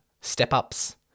step-ups